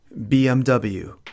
BMW